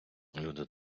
люди